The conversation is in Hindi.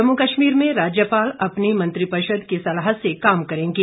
जम्मू कश्मीर में राज्यपाल अपनी मंत्रिपरिषद की सलाह से काम करेंगे